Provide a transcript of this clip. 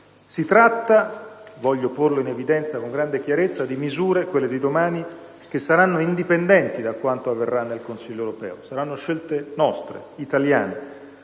Si tratta - voglio porlo in evidenza con grande chiarezza - di misure, quelle di domani, che saranno indipendenti da quanto avverrà nel Consiglio europeo: saranno scelte nostre, italiane,